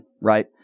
right